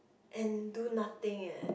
and do nothing eh